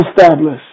establish